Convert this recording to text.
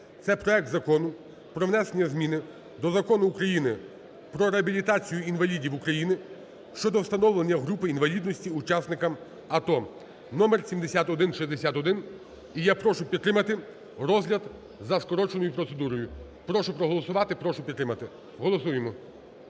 Це проект Закону про внесення зміни до Закону України "Про реабілітацію інвалідів України" щодо встановлення групи інвалідності учасникам АТО (номер 7161). І я прошу підтримати розгляд за скороченою процедурою. Прошу проголосувати, прошу підтримати. Голосуємо.